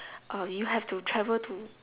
uh you have to travel to